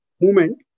movement